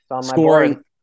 scoring